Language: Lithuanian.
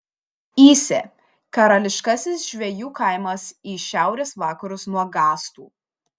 įsė karališkasis žvejų kaimas į šiaurės vakarus nuo gastų